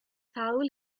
hawl